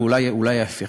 ואולי ההפך.